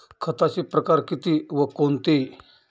खताचे प्रकार किती व कोणते?